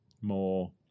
more